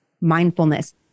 mindfulness